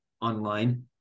online